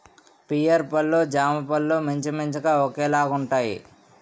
pear పళ్ళు జామపళ్ళు మించుమించుగా ఒకేలాగుంటాయి